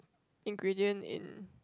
ingredient in